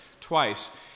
twice